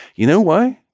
you know why?